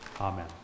Amen